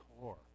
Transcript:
core